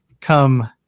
come